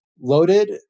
loaded